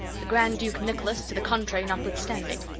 the grand duke nicholas to the contrary notwithstanding.